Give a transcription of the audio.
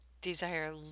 desire